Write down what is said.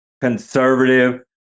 conservative